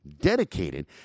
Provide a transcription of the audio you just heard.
dedicated